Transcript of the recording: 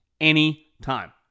anytime